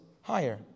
higher